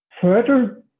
Further